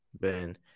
Ben